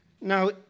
Now